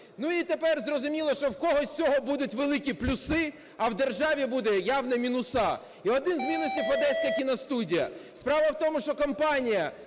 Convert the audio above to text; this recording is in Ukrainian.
Ну і тепер зрозуміло, що в когось з цього будуть великі плюси, а в державі будуть явно мінуси, і один з мінусів - Одеська кіностудія. Справа в тому, що компанія,